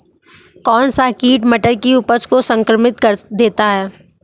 कौन सा कीट मटर की उपज को संक्रमित कर देता है?